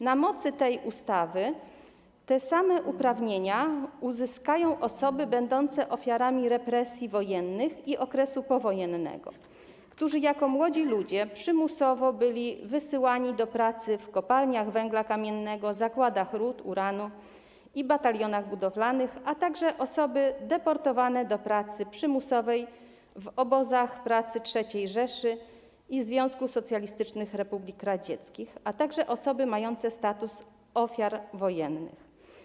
Na mocy tej ustawy te same uprawnienia uzyskają osoby będące ofiarami represji wojennych i okresu powojennego, które jako młode osoby przymusowo były wysyłane do pracy w kopalniach węgla kamiennego, zakładach rud uranu i w batalionach budowlanych, a także osoby deportowane do pracy przymusowej w obozach pracy III Rzeszy i Związku Socjalistycznych Republik Radzieckich oraz osoby mające status ofiar wojennych.